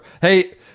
Hey